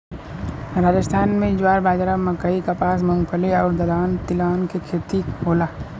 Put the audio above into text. राजस्थान में ज्वार, बाजरा, मकई, कपास, मूंगफली आउर दलहन तिलहन के खेती होला